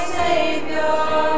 savior